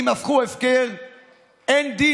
אני מסיים,